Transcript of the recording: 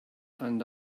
and